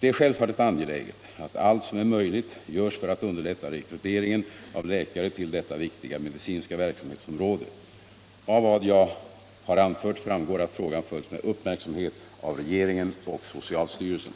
Det är självfallet angeläget att allt som är möjligt görs för att underlätta rekryteringen av läkare till detta viktiga medicinska verksamhetsområde. Av vad jag har anfört framgår att frågan följs med uppmärksamhet av regeringen och socialstyrelsen.